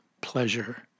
pleasure